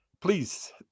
please